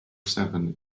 seven